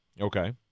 Okay